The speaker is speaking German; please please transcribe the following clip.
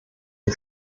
die